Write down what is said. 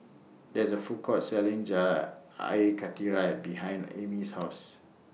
There IS A Food Court Selling Air Karthira behind Amey's House